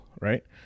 right